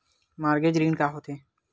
Mortgage ऋण का होथे?